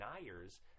deniers